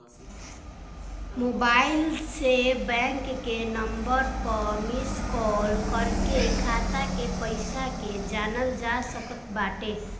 mobile से bank के number पअ मिस काल कर के खाता के पईसा के जानल जा सकत बाटे